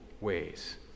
ways